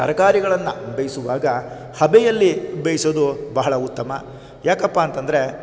ತರಕಾರಿಗಳನ್ನು ಬೇಯಿಸುವಾಗ ಹಬೆಯಲ್ಲಿ ಬೇಯಿಸೋದು ಬಹಳ ಉತ್ತಮ ಯಾಕಪ್ಪಾಂತಂದರೆ